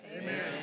Amen